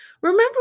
remember